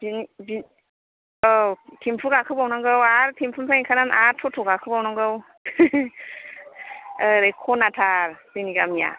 बेनि औ तेम्प' गाखोबावनांगौ आरो तेम्प' निफ्राय ओंखारनानै आरो टट' गाखोबावनांगौ ओरै खनाथार जोंनि गामिया